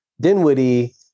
Dinwiddie